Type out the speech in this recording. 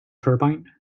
turbine